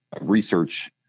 research